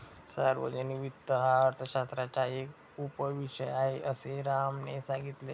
सार्वजनिक वित्त हा अर्थशास्त्राचा एक उपविषय आहे, असे रामने सांगितले